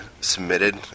submitted